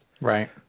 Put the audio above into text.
Right